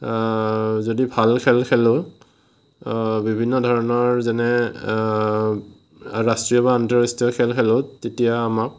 যদি ভাল খেল খেলোঁ বিভিন্ন ধৰণৰ যেনে ৰাষ্ট্ৰীয় বা আন্তঃৰাষ্ট্ৰীয় খেল খেলোঁ তেতিয়া আমাক